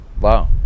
Wow